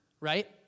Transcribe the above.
right